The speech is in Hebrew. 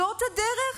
זאת הדרך?